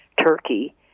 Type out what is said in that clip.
turkey